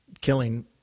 killing